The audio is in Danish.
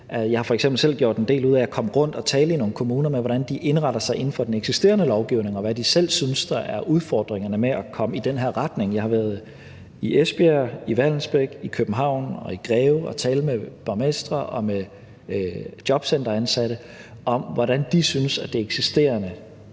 Jeg har f.eks. selv gjort en del ud af at komme rundt og tale i nogle kommuner om, hvordan de indretter sig inden for den eksisterende lovgivning, og hvad de selv synes er udfordringerne med at komme i den her retning. Jeg har været i Esbjerg, i Vallensbæk, i København og i Greve og tale med borgmestre og med jobcenteransatte om, hvordan de synes, at den eksisterende